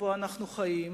שבו אנו חיים,